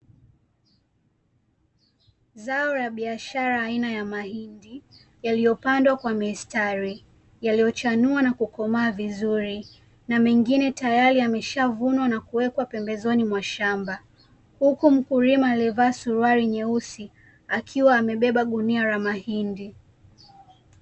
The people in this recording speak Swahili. Zao la biashara aina ya mahindi yaliyopandwa kwa mistari yaliyochanua na kukomaa vizuri na mengine tayari yamesha vunwa na kuwekwa pembezoni mwa shamba, huku mkulima alivaa suruali nyeusi akiwa amebeba gunia la mahindi.